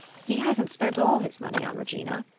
he hasn't spent all his money on regina.